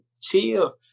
Chill